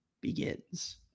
begins